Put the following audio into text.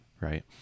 Right